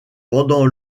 pendant